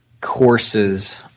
Courses